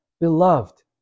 beloved